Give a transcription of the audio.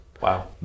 wow